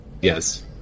Yes